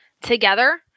together